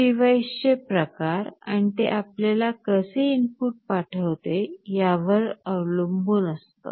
हे डिव्हाइसचे प्रकार आणि ते आपल्याला कसे इनपुट पाठवते यावर अवलंबून असत